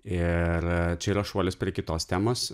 ir čia yra šuolis prie kitos temos